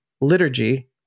liturgy